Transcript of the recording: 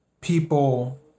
people